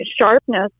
sharpness